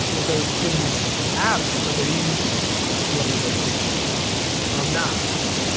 and so there was this absence ok, these people are religious i'm not.